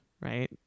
right